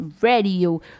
Radio